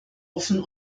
offen